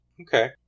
Okay